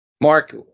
Mark